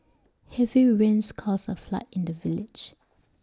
heavy rains caused A flood in the village